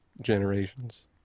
generations